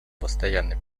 постоянный